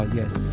yes